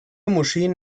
moscheen